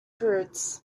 prudes